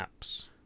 apps